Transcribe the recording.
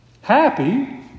Happy